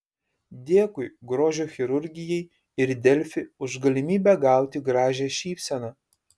dėkui grožio chirurgijai ir delfi už galimybę gauti gražią šypseną